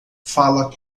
fala